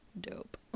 dope